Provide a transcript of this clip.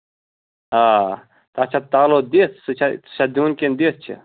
آ اَچھا تالو دِتھ سُہ چھا دیُن کِنہٕ دِتھ چھُ